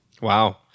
Wow